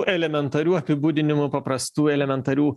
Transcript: elementarių apibūdinimų paprastų elementarių